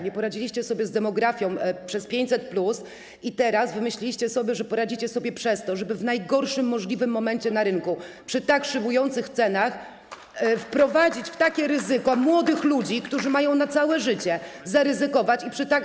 Nie poradziliście sobie z demografią przez 500+ i teraz wymyśliliście, że poradzicie sobie przez to, żeby w najgorszym możliwym momencie na rynku, przy tak szybujących cenach sprowadzić takie ryzyko na młodych ludzi, którzy mają na całe życie zaryzykować i przy tak.